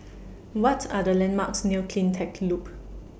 What Are The landmarks near CleanTech Loop